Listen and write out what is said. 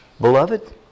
Beloved